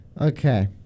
Okay